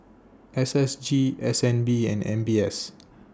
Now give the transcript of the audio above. S S G S N B and M B S